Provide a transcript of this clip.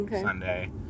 Sunday